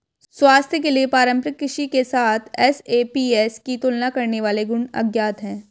स्वास्थ्य के लिए पारंपरिक कृषि के साथ एसएपीएस की तुलना करने वाले गुण अज्ञात है